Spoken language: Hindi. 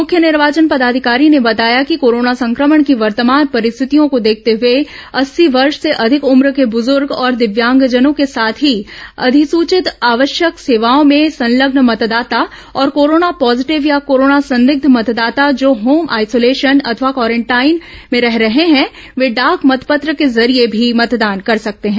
मुख्य निर्वाचन पदाधिकारी ने बताया कि कोरोना संक्रमण की वर्तमान परिस्थितियों को देखते हुए अस्सी वर्ष से अधिक उम्र के बुजुर्ग और दिव्यांगजनों के साथ ही अधिसूचित आवश्यक सेवाओं में संलग्न मतदाता और कोरोना पॉजीटिव या कोरोना संदिग्ध मतदाता जो होम आइसोलेशन अथवा क्वारेंटाइन में रह रहे हैं वे डाक मतपत्र के जरिये भी मतदान कर सकते हैं